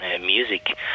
music